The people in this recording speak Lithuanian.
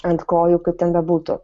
ant kojų kaip ten bebūtų